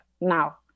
Now